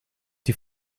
die